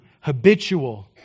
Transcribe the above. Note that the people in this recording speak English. habitual